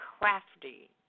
crafty